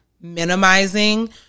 minimizing